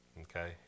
Okay